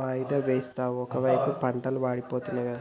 వాయిదా వేస్తావు ఒకైపు పంటలు వాడిపోతుంది గదా